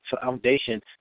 foundation